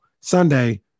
Sunday